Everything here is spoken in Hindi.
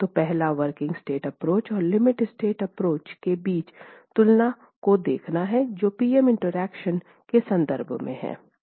तो पहला वर्किंग स्ट्रेस एप्रोच और लिमिट स्टेट एप्रोच के बीच तुलना को देखना है जो पी एम इंटरैक्शन के संदर्भ में हैं